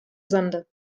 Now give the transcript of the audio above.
sande